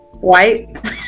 White